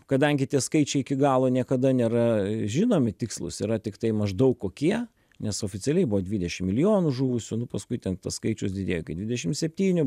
kadangi tie skaičiai iki galo niekada nėra žinomi tikslūs yra tiktai maždaug kokie nes oficialiai buvo dvidešim milijonų žuvusių nu paskui ten tas skaičius didėjo iki dvidešim septynių